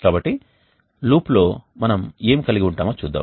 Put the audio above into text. కాబట్టి లూప్లో మనం ఏమి కలిగి ఉంటామో చూద్దాం